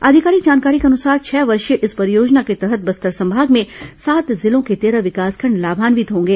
आधिकारिक जानकारी के अनुसार छह वर्षीय इस परियोजना के तहत बस्तर संभाग में सात जिलों के तेरह विकासखंड लामान्वित होंगे